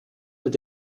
mit